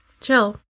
Chill